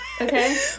okay